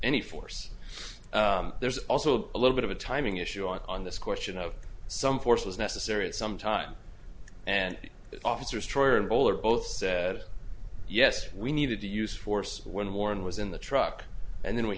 any force there's also a little bit of a timing issue on this question of some force was necessary at some time and officers troy and bowler both said yes we needed to use force when warren was in the truck and then we